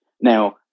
Now